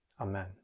Amen